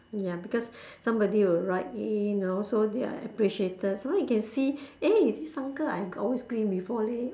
ya because somebody will write in know so they're appreciated sometime you can see eh this uncle I always greet him before leh